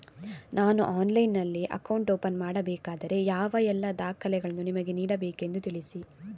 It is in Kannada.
ನಾನು ಆನ್ಲೈನ್ನಲ್ಲಿ ಅಕೌಂಟ್ ಓಪನ್ ಮಾಡಬೇಕಾದರೆ ಯಾವ ಎಲ್ಲ ದಾಖಲೆಗಳನ್ನು ನಿಮಗೆ ನೀಡಬೇಕೆಂದು ತಿಳಿಸಿ?